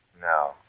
No